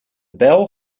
bel